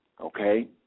Okay